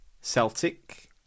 Celtic